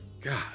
God